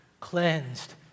cleansed